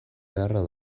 beharra